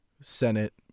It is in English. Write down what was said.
Senate